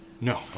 no